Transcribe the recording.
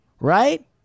right